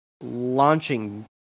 launching